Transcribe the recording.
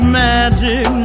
magic